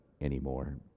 anymore